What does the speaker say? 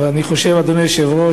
אדוני היושב-ראש,